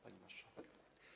Pani Marszałek!